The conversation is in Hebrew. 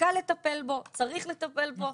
קל לטפל בו, צריך לטפל בו.